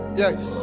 Yes